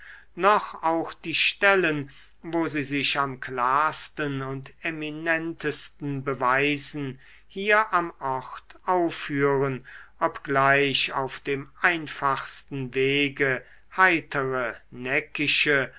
noch auch die stellen wo sie sich am klarsten und eminentesten beweisen hier am ort aufführen obgleich auf dem einfachsten wege heitere neckische